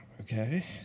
okay